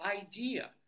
idea